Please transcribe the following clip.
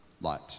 light